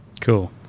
Cool